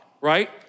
right